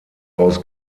aus